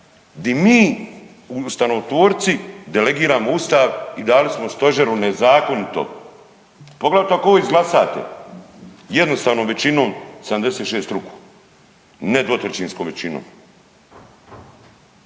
di mi ustavotvorci delegiramo Ustav i dali smo stožeru nezakonito, poglavito ako ovo izglasate jednostavnom većinom 76 ruku, ne dvotrećinskom većinom.